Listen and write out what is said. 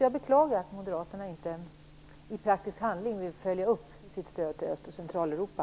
Jag beklagar att Moderaterna inte i praktisk handling vill följa upp sitt stöd till Öst och Centraleuropa.